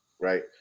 right